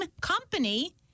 company